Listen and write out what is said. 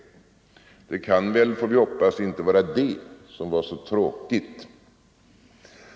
Det kan väl, får vi hoppas, inte vara det som var så tråkigt.